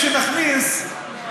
שנכניס,